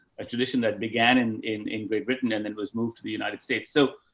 a tradition that began in, in, in great britain and then was moved to the united states. so,